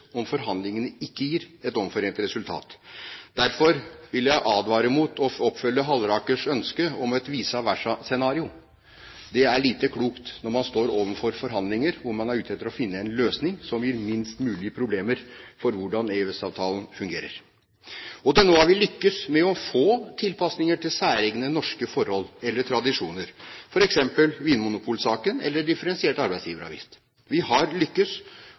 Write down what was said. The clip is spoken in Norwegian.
om forhandlingene ikke gir et omforent resultat. Derfor vil jeg advare mot å oppfylle Hallerakers ønske om et verst tenkelig scenario. Det er lite klokt når man står overfor forhandlinger der man er ute etter å finne en løsning som gir minst mulig problemer for hvordan EØS-avtalen fungerer. Til nå har vi lyktes med å få tilpasninger til særegne norske forhold eller tradisjoner, f.eks. vinmonopolsaken eller saken om differensiert arbeidsgiveravgift. Vi har